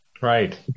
Right